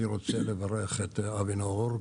אני רוצה לברך את אבי נאור,